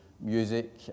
music